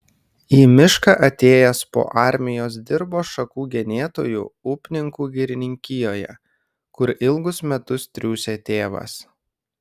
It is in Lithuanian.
į mišką atėjęs po armijos dirbo šakų genėtoju upninkų girininkijoje kur ilgus metus triūsė tėvas